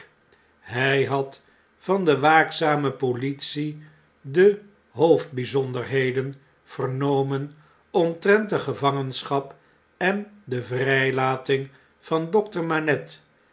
hy had van de waakzame politie de hoofdbyzonderheden vernomen omtrent de gevangenschap en de vrijlating van dr manette